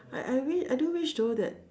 I I really I do wish though that